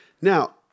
Now